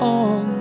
on